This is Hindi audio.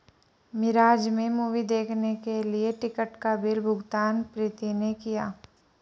मिराज में मूवी देखने के लिए टिकट का बिल भुगतान प्रीति ने किया